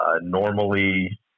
normally